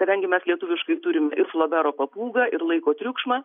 kadangi mes lietuviškai turim flobero papūgą ir laiko triukšmą